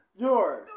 George